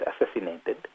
assassinated